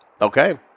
Okay